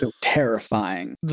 terrifying